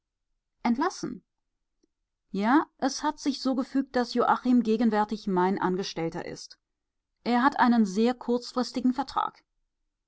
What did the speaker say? entlassen ja es hat sich so gefügt daß joachim gegenwärtig mein angestellter ist er hat einen sehr kurzfristigen vertrag